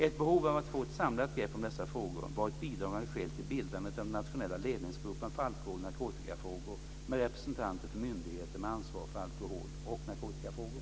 Ett behov av att få ett samlat grepp om dessa frågor var ett bidragande skäl till bildandet av den Nationella ledningsgruppen för alkohol och narkotikafrågor med representanter för myndigheter med ansvar för alkohol och narkotikafrågor.